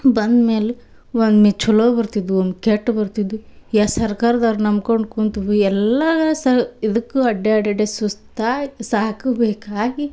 ಬಂದ್ಮೇಲೆ ಒಮ್ಮೆ ಚಲೋ ಬರ್ತಿದ್ದವು ಒಂದು ಕೆಟ್ಟ ಬರ್ತಿದ್ದು ಎ ಸರ್ಕಾರ್ದವ್ರ ನಂಬ್ಕೊಂಡು ಕುಂತ್ವಿ ಎಲ್ಲಾರೂ ಸ ಇದಕ್ಕೂ ಅಡ್ಯಾಡಿ ಅಡ್ಯಾಡಿ ಸುಸ್ತಾಗ್ ಸಾಕು ಬೇಕಾಗಿ